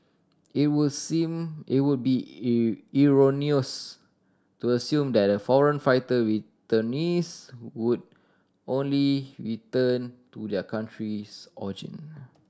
it will seem it would be erroneous to assume that foreign fighter returnees would only return to their countries